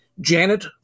Janet